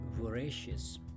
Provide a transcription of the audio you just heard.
voracious